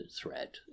threat